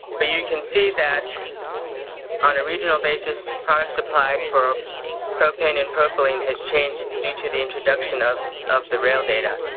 you can see that on a regional basis products supplied for propane and propylene has changed due to the introduction of, of the rail data.